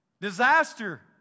Disaster